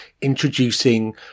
introducing